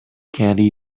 candy